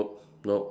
no